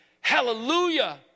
Hallelujah